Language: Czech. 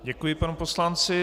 Děkuji panu poslanci.